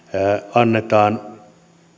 annetaan